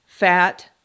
fat